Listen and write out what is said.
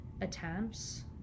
attempts